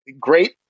great